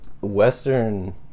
Western